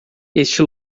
este